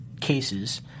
cases